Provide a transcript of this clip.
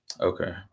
Okay